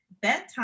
bedtime